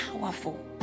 powerful